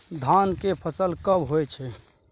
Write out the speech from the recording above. धान के फसल कब होय छै?